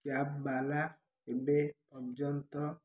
cab ବାଲା ଏବେ ପର୍ଯ୍ୟନ୍ତ